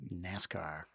NASCAR